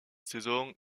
saison